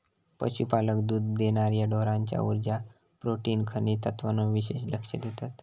पशुपालक दुध देणार्या ढोरांच्या उर्जा, प्रोटीन, खनिज तत्त्वांवर विशेष लक्ष देतत